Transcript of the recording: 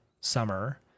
summer